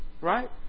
Right